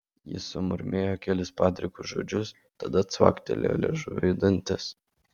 jis sumurmėjo kelis padrikus žodžius tada cvaktelėjo liežuviu į dantis